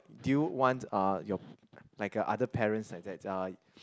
do you want uh your like a other parents like that uh